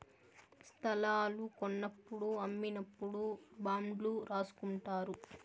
స్తలాలు కొన్నప్పుడు అమ్మినప్పుడు బాండ్లు రాసుకుంటారు